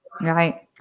Right